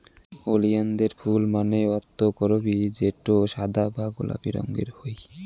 ওলিয়ানদের ফুল মানে অক্তকরবী যেটো সাদা বা গোলাপি রঙের হই